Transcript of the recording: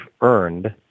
earned